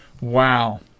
Wow